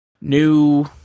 new